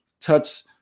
touch